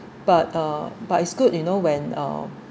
but uh but it's good you know when uh